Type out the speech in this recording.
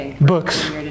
Books